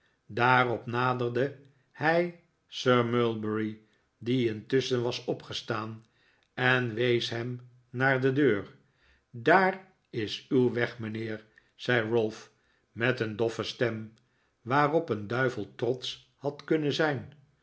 daarop naderde hij sir mulberry die intusschen was opgestaan en wees hem naar de deur daar is uw weg mijnheer zei ralph met een doffe stem waarop een duivel trotsch had kunnen zijn